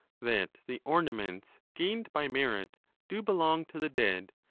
that the ornaments gained by merit do belong to the dead,